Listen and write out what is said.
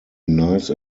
nice